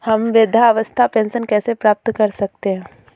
हम वृद्धावस्था पेंशन कैसे प्राप्त कर सकते हैं?